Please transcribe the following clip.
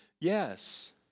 yes